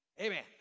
Amen